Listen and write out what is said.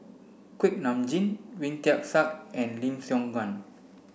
Kuak Nam Jin Wee Tian Siak and Lim Siong Guan